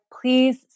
Please